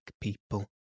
people